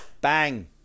Bang